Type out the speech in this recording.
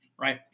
right